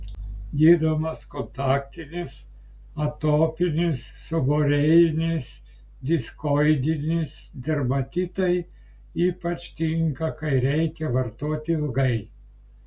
gydomas kontaktinis atopinis seborėjinis diskoidinis dermatitai ypač tinka kai reikia vartoti ilgai